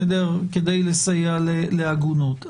כדי לסייע לעגונות.